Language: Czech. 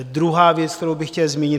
Druhá věc, kterou bych chtěl zmínit.